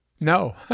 No